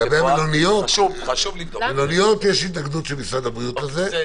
לגבי מלוניות יש התנגדות של משרד הבריאות ושם יש טענות אחרות.